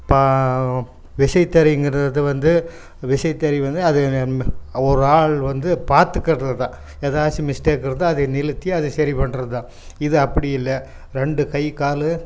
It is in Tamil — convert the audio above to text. பா விசைத்தறிங்கிறது வந்து விசைத்தறி வந்து அது ஒரு ஆள் வந்து பார்த்துக்கறது தான் எதாச்சும் மிஸ்டேக் இருந்தால் அது நிறுத்தி அதை சரி பண்றத்தான் இது அப்படி இல்லை ரெண்டு கை கால்